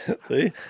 See